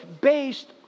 based